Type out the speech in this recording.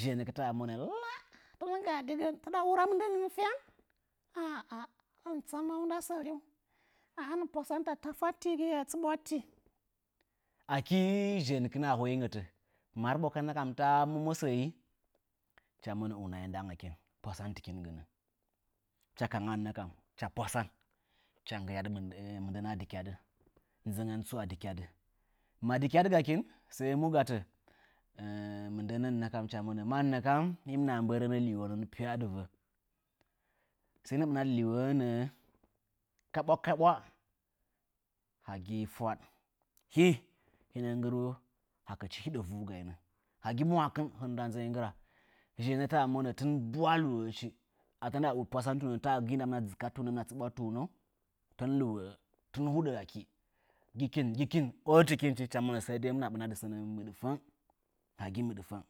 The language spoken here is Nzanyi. Zhənɨkɨnə monə ləə təɗə wurə mɨnɗənɨ fyən, əə hɨn tsəməu nɗə sərɨngu ə hɨm pwəəntə kəstɨgɨye yə tsɨɓwəttɨ, əllɨ zhəəməkɨnə hoɨngəte, mərɨ ɓokən nəkəm to mumosənɨ, hɨche monə unəɨ nɗəngəkɨn, hɨchə nggɨnə nəkəm hɨchə pwəsəmtɨkɨn, ə hɨche nəho mɨnɗmə shəɗɨ, nzəngən tsuə shəɗɨ mugətə mɨnɗənə monə mənəkum hɨm nəhə mɓərə nə lɨwo nən pyəə ɗwə hɨnə nggɨrə lɨwonə nəə kəɓwə kəɓwə əɗɨ fwəɗ, hɨ hɨno nggɨru əɗɨ hɨɗə vugəɨnə, həgɨ mwəkɨn hɨnə nɗə nzəngy, nggɨwə, zhəənət, ə monə tɨn ɓwəə lɨwochɨ, ətərɗə pwəsəntuwənə tə ɗə gɨɨnɗəmɨnə ɗzɨkəttumə hɨmɨnə tsɨɓwətuməu, tɨn lɨwoə tən huɗə ekɨ, gɨkɨn gɨkɨn, orɨtɨkɨnchɨ hɨchə mono səɨ ɗəɨ homonə ɓɨnəɗɨ mɨnɗfən əɗɨ mɨɗfong,